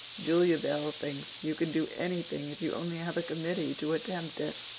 julia bell thinks you can do anything, if you only have a committee to attempt it.